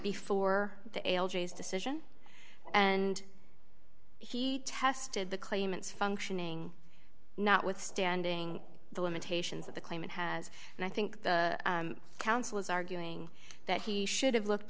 before the decision and he tested the claimant's functioning notwithstanding the limitations of the claim it has and i think the council is arguing that he should have looked